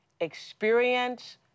experience